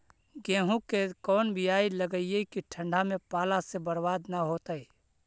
गेहूं के कोन बियाह लगइयै कि ठंडा में पाला से बरबाद न होतै?